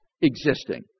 existing